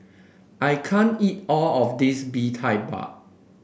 I can't eat all of this Bee Tai Mak